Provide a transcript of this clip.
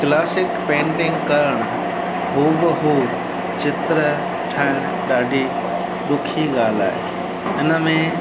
classic painting करणु हूबहू चित्र ठाहिणु ॾाढी ॾुखी ॻाल्हि आहे इन में